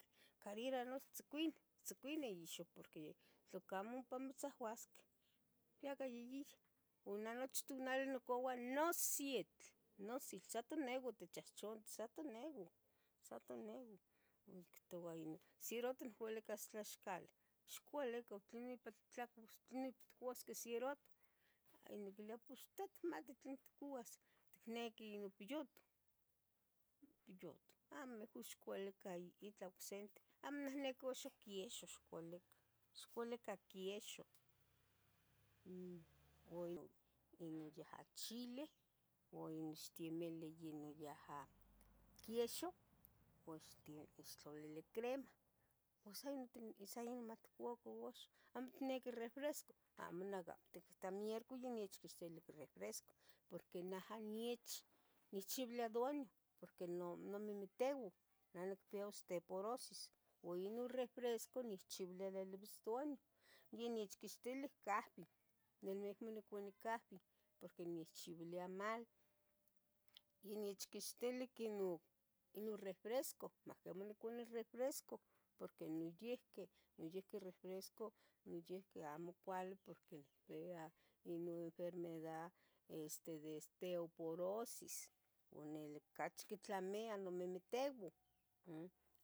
Carera no tzicuini, tzicuini ixo porqui tlacamo ompa mitzahuasqueh yahca oyiyo ua nochi tonali mocau nositl, nositl, sa toneui tichahchon sa toneui ictoua ¿serato nicualicas tlaxcali? ixcualica, tlenih pattlacuas, ¿tlenih ipatcuasqueh serato? hay niquiluia pues teh itmati tlenih itcouas, ¿itnequi ino piyutu? piyutu, amo mejor ixcualica itlah ocsente, amo neh niqui quiexo axa ixcualica, icualica quiexo, um ua ino yaha chile ua ixtemili ino yaha quiexo, ua ixtlalili crema ua sa inonmatcuaca uxa, ¿Amo ticniqui refresco? amo milac amo tiquita in mierico onechquixtilih refresco poque naha nich nechchiuilia duaño por nomimiteu nah nicpia osteporosis ua ino refresco nechchibilis duaño yonechquixtilih cahbi no neh ahmo niconi cahbih prque nechchibilia mal, yonechquixtilih quino ino refresco mahcamo niconi refresco, porque noyihqui noyihqui refresco noyihqui amo cuali porque pia ino enfermedad este de esteoporosis uan nili ocachi quitlamia nomimiteu umm